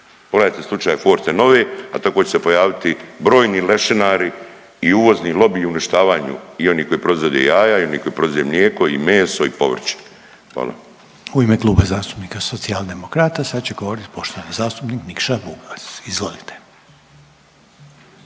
Pogledajte slučaj Fortenove, a tako će se pojaviti brojni lešinari i uvozni lobiji i uništavanju i onih koji proizvode jaja i oni koji proizvode mlijeko i meso i povrće. Hvala. **Reiner, Željko (HDZ)** U ime Kluba zastupnika Socijaldemokrata sad će govoriti poštovani zastupnik Nikša Vukas. Izvolite.